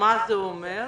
מה זה אומר?